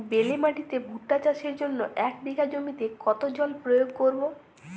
বেলে মাটিতে ভুট্টা চাষের জন্য এক বিঘা জমিতে কতো জল প্রয়োগ করব?